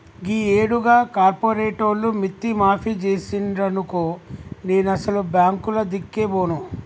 గీయేడు గా కార్పోరేటోళ్లు మిత్తి మాఫి జేసిండ్రనుకో నేనసలు బాంకులదిక్కే బోను